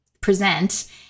present